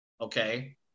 okay